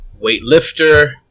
Weightlifter